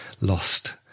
lost